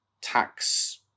tax